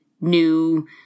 new